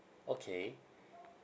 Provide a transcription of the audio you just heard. okay